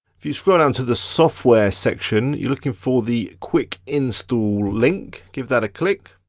if you scroll down to the software section, you're looking for the quickinstall link, give that a click.